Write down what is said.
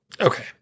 Okay